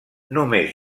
només